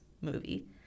movie